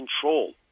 control